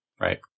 Right